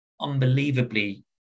unbelievably